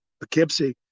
Poughkeepsie